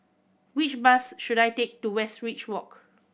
which bus should I take to Westridge Walk